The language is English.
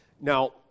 Now